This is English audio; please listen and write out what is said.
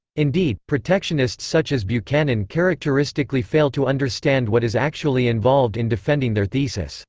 indeed, protectionists such as buchanan characteristically fail to understand what is actually involved in defending their thesis.